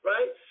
Right